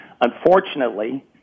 Unfortunately